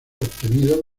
obtenido